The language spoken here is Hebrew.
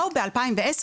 באו ב-2010,